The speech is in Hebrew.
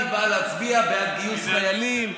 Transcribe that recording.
היא באה להצביע בעד גיוס חיילים.